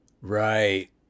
Right